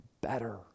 better